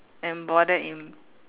and bordered in